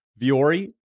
Viore